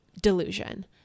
delusion